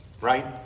right